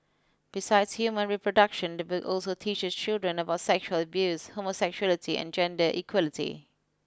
besides human reproduction the book also teaches children about sexual abuse homosexuality and gender equality